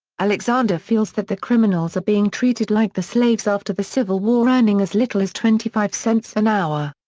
alexander feels that the criminals are being treated like the slaves after the civil war earning as little as twenty five cents an hour.